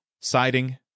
siding